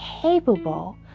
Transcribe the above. capable